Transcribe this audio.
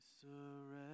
surrender